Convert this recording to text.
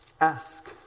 Ask